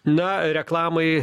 na reklamai